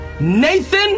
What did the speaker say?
nathan